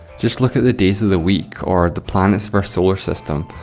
just look at the days of the week, or the planets of our solar system,